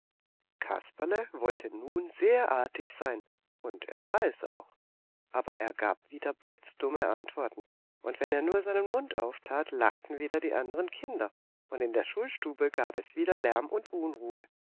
kasperle wollte nun sehr artig sein und er war es auch aber er gab wieder blitzdumme antworten und wenn er nur seinen mund auftat lachten wieder die andern kinder und in der schulstube gab es wieder lärm und unruhe